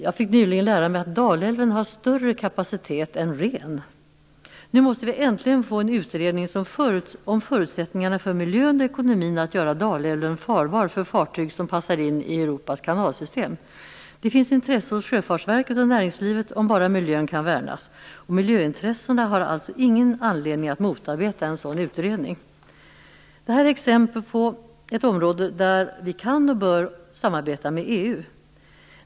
Jag fick nyligen lära mig att Dalälven har större kapacitet än Rhen. Nu måste vi äntligen få en utredning om miljöns och ekonomins förutsättningar att göra Dalälven farbar för fartyg som passar in i Europas kanalsystem. Intresse finns hos Sjöfartsverket och näringslivet, om bara miljön kan värnas. Miljöintressena har alltså ingen anledning att motarbeta en sådan utredning. Detta är ett exempel på ett område där vi kan och bör samarbeta med EU.